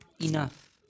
Enough